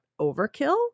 overkill